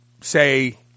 say